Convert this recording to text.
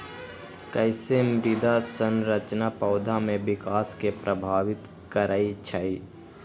कईसे मृदा संरचना पौधा में विकास के प्रभावित करई छई?